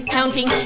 Counting